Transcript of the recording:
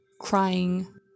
crying